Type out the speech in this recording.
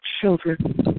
children